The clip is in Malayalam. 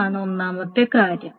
അതാണ് ഒന്നാമത്തെ കാര്യം